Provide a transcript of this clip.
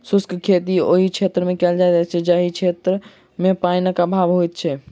शुष्क खेती ओहि क्षेत्रमे कयल जाइत अछि जतय पाइनक अभाव होइत छै